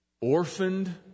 orphaned